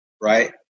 right